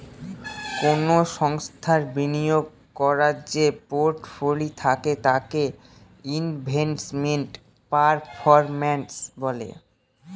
কোনো সংস্থার বিনিয়োগ করার যে পোর্টফোলি থাকে তাকে ইনভেস্টমেন্ট পারফরম্যান্স বলে